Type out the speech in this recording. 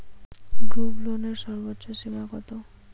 গ্রুপলোনের সর্বোচ্চ সীমা কত?